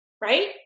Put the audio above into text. Right